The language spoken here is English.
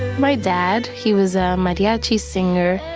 my dad, he was a mariachi singer.